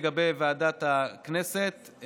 לגבי ועדת הכנסת,